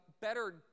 better